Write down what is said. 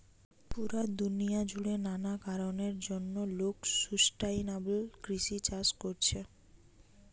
পুরা দুনিয়া জুড়ে নানা কারণের জন্যে লোক সুস্টাইনাবল কৃষি চাষ কোরছে